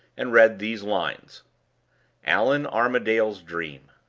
and read these lines allan armadale's dream.